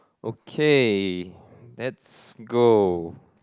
okay let's go